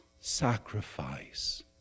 Sacrifice